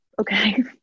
okay